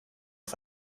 auf